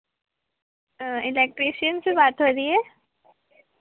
electrician से बात हो रही है